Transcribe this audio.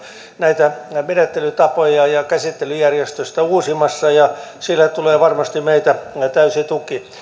näitä menettelytapoja ja käsittelyjärjestystä uusimassa ja sille tulee varmasti meiltä täysi tuki